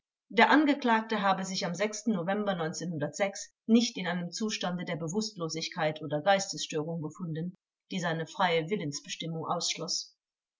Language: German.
der angeklagte habe sich am november nicht in einem zustande der bewußtlosigkeit oder geistesstörung befunden die seine freie willensbestimmung ausschloß